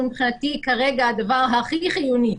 שהוא מבחינתי כרגע הדבר הכי חיוני,